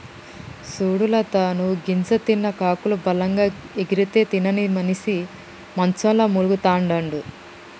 సూడు లత నువ్వు గింజ తిన్న కాకులు బలంగా ఎగిరితే తినని మనిసి మంచంల మూల్గతండాడు